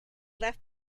left